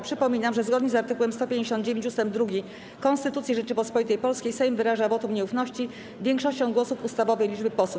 Przypominam, że zgodnie z art. 159 ust. 2 Konstytucji Rzeczypospolitej Polskiej Sejm wyraża wotum nieufności większością głosów ustawowej liczby posłów.